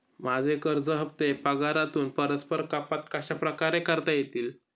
माझे कर्ज हफ्ते पगारातून परस्पर कपात कशाप्रकारे करता येतील?